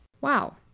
Wow